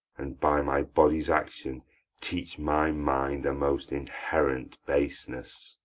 and by my body's action teach my mind a most inherent baseness.